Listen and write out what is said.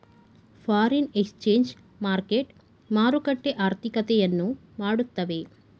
foreign exchange market ಮಾರುಕಟ್ಟೆ ಆರ್ಥಿಕತೆಯನ್ನು ಮಾಡುತ್ತವೆ